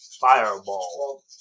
Fireball